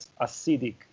acidic